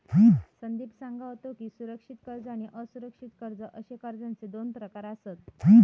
संदीप सांगा होतो की, सुरक्षित कर्ज आणि असुरक्षित कर्ज अशे कर्जाचे दोन प्रकार आसत